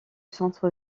centre